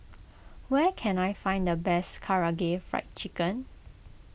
where can I find the best Karaage Fried Chicken